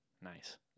Nice